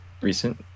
recent